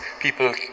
people